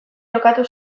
jokatu